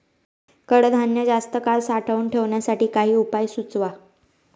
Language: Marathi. कडधान्य जास्त काळ साठवून ठेवण्यासाठी काही उपाय सुचवा?